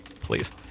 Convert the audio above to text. Please